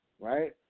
right